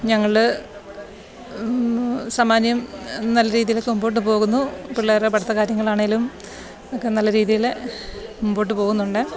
ഞങ്ങൾ സാമാന്യം നല്ല രീതിയിലൊക്കെ മുമ്പോട്ട് പോകുന്നു പിള്ളാരുടെ പഠിത്ത കാര്യങ്ങളാണെങ്കിലും ഒക്കെ നല്ല രീതിയിൽ മുമ്പോട്ട് പോകുന്നുണ്ട്